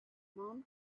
mom